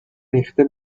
ریخته